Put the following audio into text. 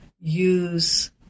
use